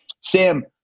sam